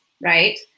right